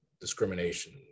discrimination